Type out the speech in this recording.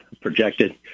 projected